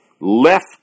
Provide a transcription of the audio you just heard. left